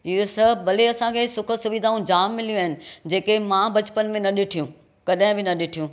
इहे सभु भले असांखे सुखु सुविधाऊं जाम मिलियूं आहिनि जेके मां बचपन में न ॾिठियूं कॾहिं बि न ॾिठियूं